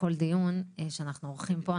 בכל דיון שאנחנו עורכים פה,